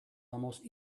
almost